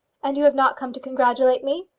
and you have not come to congratulate me?